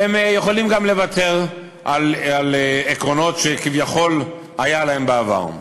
הם יכולים גם לוותר על עקרונות שכביכול היו להם בעבר.